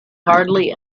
hardly